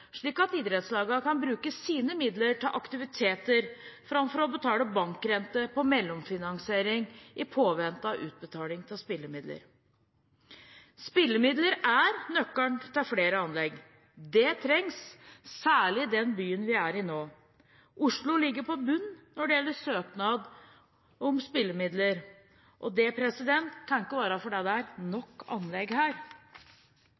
slik at idrettslagene kan bruke sine midler til aktiviteter framfor å betale bankrenter på mellomfinansiering i påvente av utbetaling av spillemidler. Spillemidler er nøkkelen til flere anlegg. Det trengs, særlig i den byen vi er i nå. Oslo ligger på bunnen når det gjelder søknad om spillemidler, og det kan ikke være fordi det er nok anlegg her.